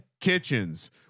kitchens